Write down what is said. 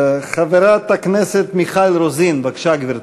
חברת הכנסת מיכל רוזין, בבקשה, גברתי.